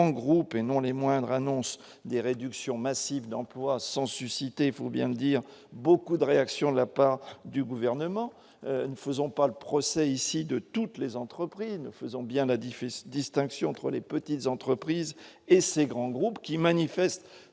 de grands groupes et non les moindres annoncent des réductions massives d'emplois, sans susciter, il faut bien le dire, beaucoup de réactions de la part du gouvernement, ne faisons pas le procès ici de toutes les entreprises ne faisons bien la difficile distinction entre les petites entreprises et ces grands groupes qui manifestent